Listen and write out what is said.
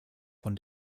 von